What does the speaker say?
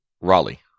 Raleigh